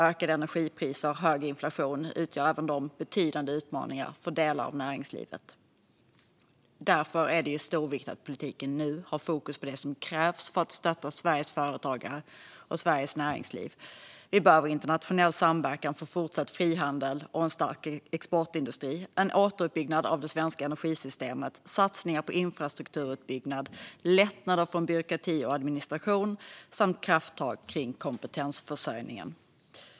Ökade energipriser och hög inflation utgör även de betydande utmaningar för delar av näringslivet. Därför är det av stor vikt att politiken nu har fokus på det som krävs för att stötta Sveriges företagare och Sveriges näringsliv. Vi behöver internationell samverkan för fortsatt frihandel och en stark exportindustri, en återuppbyggnad av det svenska energisystemet, satsningar på infrastrukturutbyggnad, lättnader från byråkrati och administration samt krafttag kring kompetensförsörjningen.